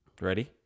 Ready